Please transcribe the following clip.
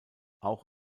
auch